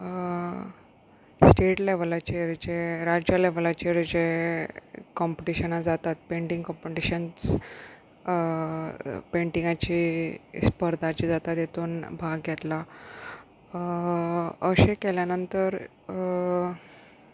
state लेवलाचेर जे राज्य लेवलाचेर जे कॉम्पिटिशनां जातात पेंटींग कॉम्पिटिशन्स पेंटिंगाची स्पर्धाची जाता तेतून भाग घेतला अशें केल्या नंतर